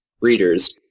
readers